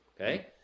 okay